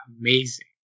amazing